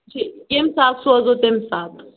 ٹھیٖک ییٚمہِ ساتہٕ سوزو تَمہِ ساتہٕ